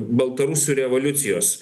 baltarusų revoliucijos